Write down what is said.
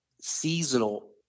seasonal